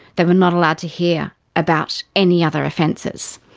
they were not allowed to hear about any other offences.